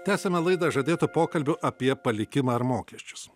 tęsiame laidą žadėto pokalbio apie palikimą ar mokesčius